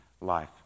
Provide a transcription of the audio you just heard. life